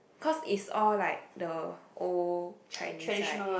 cause it's all like the old Chinese right